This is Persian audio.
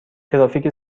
ترافیک